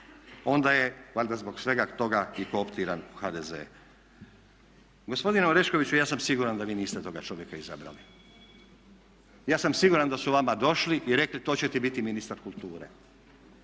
Onda je valjda zbog svega toga i kooptiran u HDZ. Gospodine Oreškoviću ja sam siguran da vi niste toga čovjeka izabrali. Ja sam siguran da su vama došli i rekli to će ti biti ministar kulture.